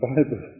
Bible